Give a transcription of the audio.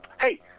hey